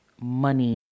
money